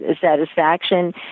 satisfaction